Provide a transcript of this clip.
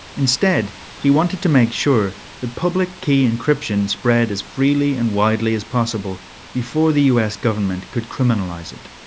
instead, he wanted to make sure that public key encryption spread as freely and widely as possible before the us government could criminalize it.